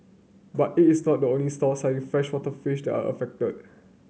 but it is not only stalls selling freshwater fish are affected